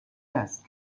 است